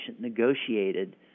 negotiated